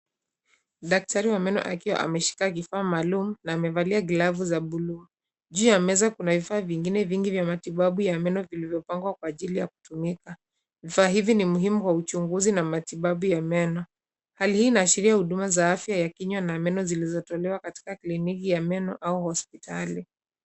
Daktari wa meno akiwa ameshika kifaa maalum na amevalia glavu za blue . Juu ya meza kuna vifaa vingine vingi vya matibabu ya meno vilivyopangwa kwa ajili ya kutumika. Vifaa hivi ni muhimu kwa uchunguzi na matibabu ya meno. Hali hii inaashiria huduma za afya ya kinywa na meno zilizotolewa katika kliniki ya meno au hospitali.